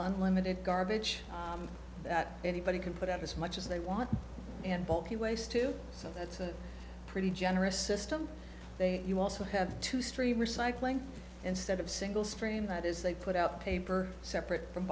unlimited garbage that anybody can put out as much as they want and bulky waste too so that's a pretty generous system you also have to stream recycling instead of single stream that is they put out paper separate from